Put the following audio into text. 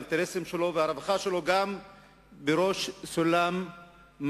את האינטרסים שלו ואת הרווחה שלו בראש סולם מעייניה?